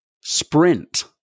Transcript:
sprint